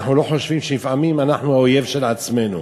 ואנחנו לא חושבים שלפעמים אנחנו האויב של עצמנו.